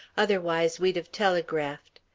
otherwise we'd have telegraphed.